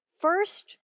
first